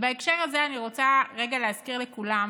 בהקשר הזה אני רוצה רגע להזכיר לכולם